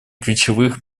ключевых